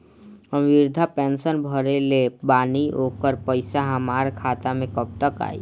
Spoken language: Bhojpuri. हम विर्धा पैंसैन भरले बानी ओकर पईसा हमार खाता मे कब तक आई?